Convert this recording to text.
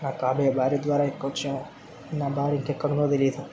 నాకు కాబోయే భార్య ద్వారా ఎక్కొచ్చేమో నా భార్య ఇంకా ఎక్కడుందో తెలియదు